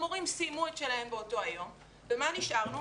המורים סיימו את שלהם באותו היום ועם מה נשארנו?